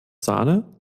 sahne